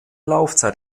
laufzeit